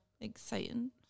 exciting